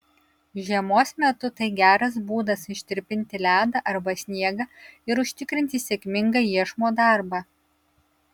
žiemos metu tai geras būdas ištirpinti ledą arba sniegą ir užtikrinti sėkmingą iešmo darbą